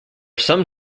some